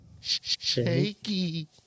Shaky